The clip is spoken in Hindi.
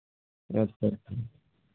अच्छा